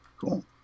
Cool